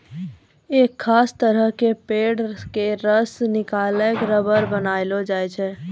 एक खास तरह के पेड़ के रस निकालिकॅ रबर बनैलो जाय छै